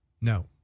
No